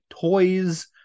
toys